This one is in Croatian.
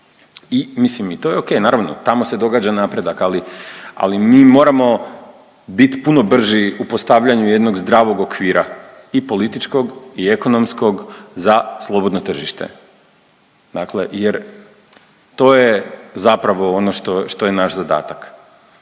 i mislim i to je ok. Naravno tamo se događa napredak, ali, ali mi moramo biti puno brži u postavljanju jednog zdravog okvira i političkog i ekonomskog za slobodno tržište. Dakle, jer to je zapravo ono što, što je naš zadatak.